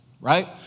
Right